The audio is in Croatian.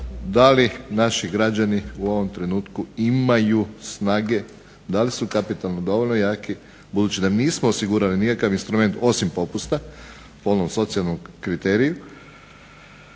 da li naši građani u ovom trenutku imaju snage, da li su kapitalno dovoljno jaki budući da nismo osigurali nikakav instrument osim popusta onom socijalnom kriteriju